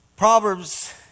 Proverbs